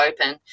open